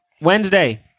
Wednesday